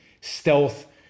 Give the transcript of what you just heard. Stealth